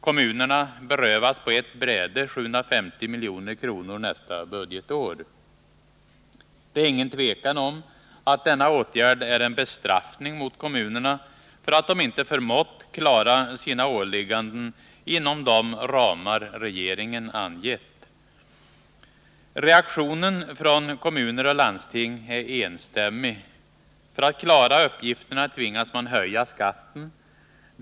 Kommunerna berövas på ett bräde Det är ingen tvekan om att denna åtgärd är en bestraffning mot kommunerna för att de inte har förmått klara sina ålägganden inom de ramar regeringen angett. Reaktionen från kommuner och landsting är enstämmig: för att klara uppgifterna tvingas man höja skatten.